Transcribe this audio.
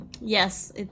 Yes